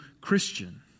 Christian